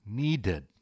needed